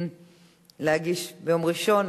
להגיש ביום ראשון,